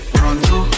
pronto